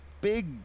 big